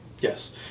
Yes